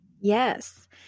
Yes